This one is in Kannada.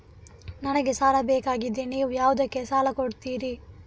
ನನಗೆ ಸಾಲ ಬೇಕಾಗಿದೆ, ನೀವು ಯಾವುದಕ್ಕೆ ಸಾಲ ಕೊಡ್ತೀರಿ?